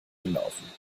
gelaufen